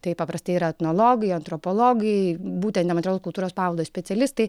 tai paprastai yra etnologijai antropologijai būtent nematerialaus kultūros paveldo specialistai